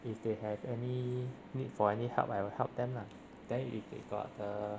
if they have any need for any help I will help them lah then if they got the